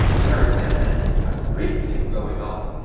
there is evidently a great deal going on,